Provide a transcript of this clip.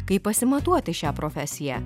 kaip pasimatuoti šią profesiją